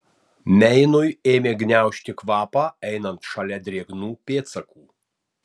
meinui ėmė gniaužti kvapą einant šalia drėgnų pėdsakų